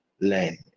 learn